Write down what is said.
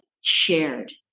shared